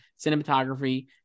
cinematography